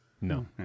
No